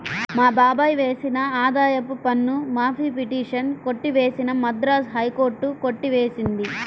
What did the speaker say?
మా బాబాయ్ వేసిన ఆదాయపు పన్ను మాఫీ పిటిషన్ కొట్టివేసిన మద్రాస్ హైకోర్టు కొట్టి వేసింది